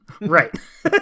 right